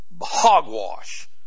Hogwash